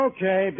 Okay